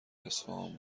اصفهان